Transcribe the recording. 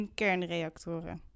kernreactoren